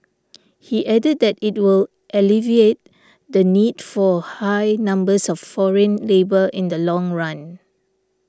he added that it will alleviate the need for high numbers of foreign labour in the long run